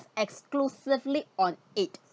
exclusively on it